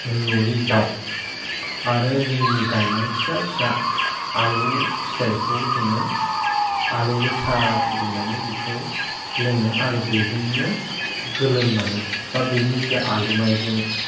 न'नि दाउ आरो जों गायनाय फिसा फिसा आलौ फिथाइखौ जोङो आलौ गोसा फुदुंनानै बेखौ लोङो आरो बेजोंनो गोलोमनानै बा बिनि जे आलौनायजों